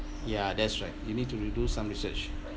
yeah that's right you need to do do some research